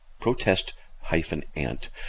protest-ant